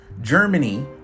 Germany